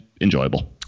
enjoyable